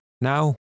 now